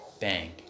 Bang